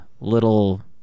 little